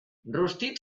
rostit